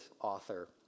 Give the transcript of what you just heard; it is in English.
author